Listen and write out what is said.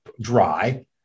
dry